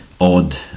odd